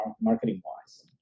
marketing-wise